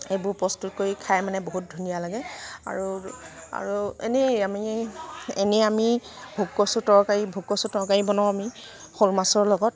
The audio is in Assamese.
এইবোৰ প্ৰস্তুত কৰি খায় মানে বহুত ধুনীয়া লাগে আৰু আৰু আৰু এনেই আমি এনেই আমি ভোগ কচুৰ তৰকাৰি ভোগ কচু তৰকাৰি বনাওঁ আমি শ'ল মাছৰ লগত